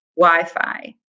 Wi-Fi